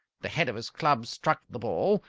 the head of his club struck the ball,